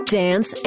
dance